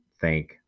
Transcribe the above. thank